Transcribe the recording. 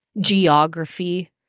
geography